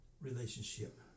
relationship